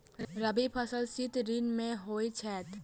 रबी फसल शीत ऋतु मे होए छैथ?